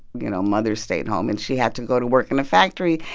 you know, mothers stayed home, and she had to go to work in a factory.